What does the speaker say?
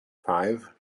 five